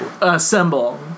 Assemble